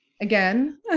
again